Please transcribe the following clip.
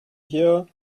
hier